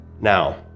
Now